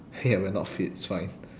hey we are not fit it's fine